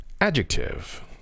Adjective